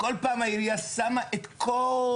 כל פעם העירייה שמה את כל,